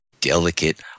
delicate